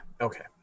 okay